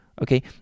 Okay